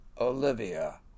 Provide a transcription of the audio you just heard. Olivia